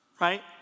Right